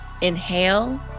Inhale